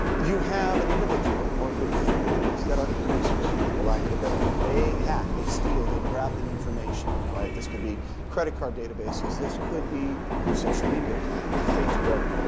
you have an individual or a group of individuals that are the producers, for lack of a better word. they hack. they steal. they grab the information, all right? this could be credit-card databases. this could be your social-media account your facebook,